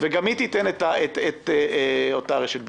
וגם היא תיתן את אותה רשת ביטחון.